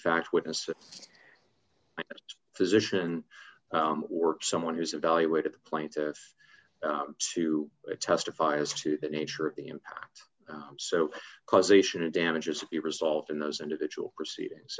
it physician or someone who's evaluated the plaintiff to testify as to the nature of the impact so causation it damages the result in those individual proceedings